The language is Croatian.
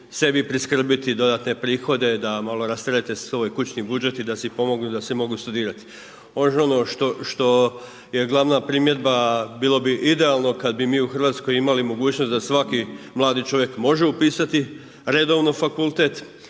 sebi priskrbiti dodatne prihode da malo rasterete svoj kućni budžet i da si pomognu, da si mogu studirati. Još ono što je glavna primjedba, bilo bi idealno kada bi mi u Hrvatskoj imali mogućnost da svaki mladi čovjek može upisati redovno fakultet